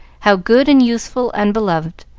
how good and useful and beloved.